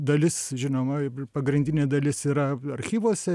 dalis žinoma pagrindinė dalis yra archyvuose